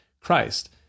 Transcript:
Christ